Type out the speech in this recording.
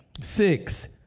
Six